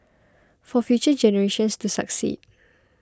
for future generations to succeed